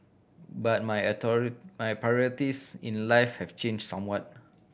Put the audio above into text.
but my my priorities in life have changed somewhat